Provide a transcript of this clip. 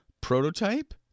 prototype